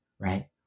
right